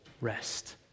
rest